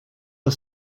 the